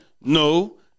No